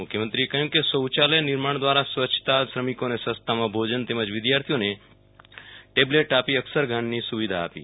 મુખ્યમંત્રીએ કહ્યું શોચાલય નિર્માણ દ્વારા સ્વચ્છતા શ્રમિકોને સસ્તામાં ભોજન તેમજ વિદ્યાર્થીઓને ટેબ્લેટની સુવિધા આપી